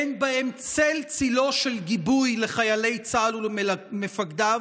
אין בהם צל-צילו של גיבוי לחיילי צה"ל ולמפקדיו,